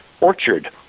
orchard